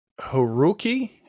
Haruki